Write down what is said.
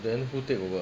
then who take over